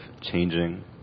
changing